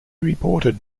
reported